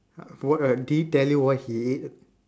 what uh did he tell you what he ate